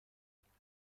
برنامه